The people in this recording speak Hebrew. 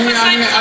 מכנסיים קצרים?